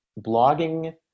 blogging